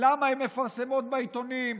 למה הן מפרסמות בעיתונים.